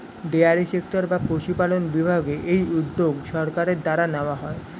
dairy sector বা পশুপালন বিভাগে এই উদ্যোগ সরকারের দ্বারা নেওয়া হয়